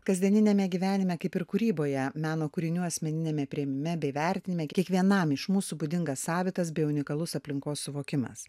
kasdieniniame gyvenime kaip ir kūryboje meno kūrinių asmeniniame priėmime bei vertinime kiekvienam iš mūsų būdingas savitas bei unikalus aplinkos suvokimas